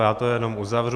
Já to jenom uzavřu.